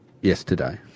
yesterday